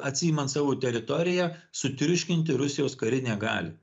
atsiimant savo teritoriją sutriuškinti rusijos karinę galią